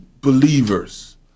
believers